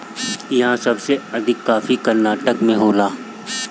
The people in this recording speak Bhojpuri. इहा सबसे अधिका कॉफ़ी कर्नाटक में होला